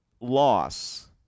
loss